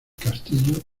castillo